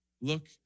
look